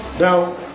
Now